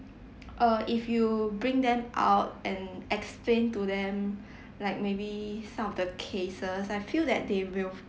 err if you bring them out and explain to them like maybe some of the cases I feel that they will